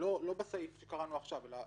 לא בסעיף שקראנו עכשיו, אלא